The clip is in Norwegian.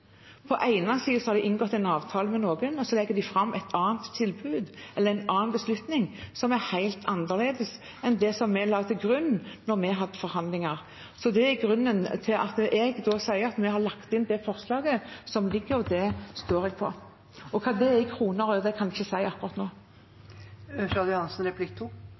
På den ene siden har de inngått en avtale med noen, og så legger de fram et annet tilbud, eller en annen beslutning, som er helt annerledes enn det som vi la til grunn da vi hadde forhandlinger. Så det er grunnen til at jeg sier at vi har lagt inn det forslaget som ligger, og det står jeg på. Hva det er i kroner og øre, kan jeg ikke si akkurat nå. Det er artig å ri, men å ri to